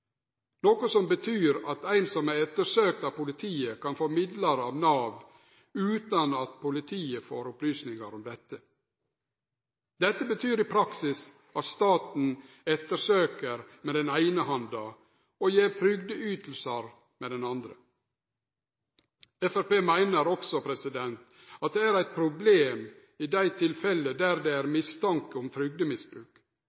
noko som betyr at ein som er ettersøkt av politiet, kan få midlar frå Nav utan at politiet får opplysningar om dette. Dette betyr i praksis at staten etterlyser med den eine handa og gjev trygdeytingar med den andre. Framstegspartiet meiner òg at det er eit problem i dei tilfella der det er